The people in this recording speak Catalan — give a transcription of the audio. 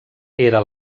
era